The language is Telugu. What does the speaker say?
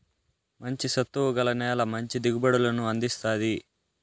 మంచి సత్తువ గల నేల మంచి దిగుబడులను అందిస్తాది